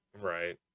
Right